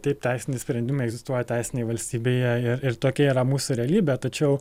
taip teisiniai sprendimai egzistuoja teisinėj valstybėje ir tokia yra mūsų realybė tačiau